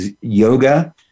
yoga